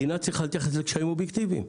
מדינה צריכה להתייחס לקשיים אובייקטיביים.